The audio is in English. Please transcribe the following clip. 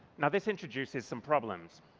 now, this introduces some problems.